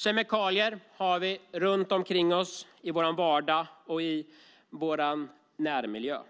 Kemikalier har vi runt omkring oss i vår vardag och närmiljö.